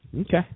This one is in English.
Okay